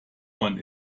man